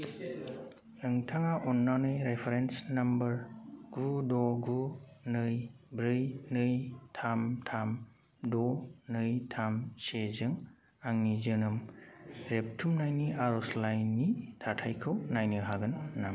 नोंथाङा अन्नानै reference number गु द' गु नै ब्रै नै थाम थाम द' नै थाम सेजों आंनि जोनोम रेबथुमनायनि आर'जलाइनि थाथाइखौ नायनो हागोन नामा